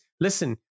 listen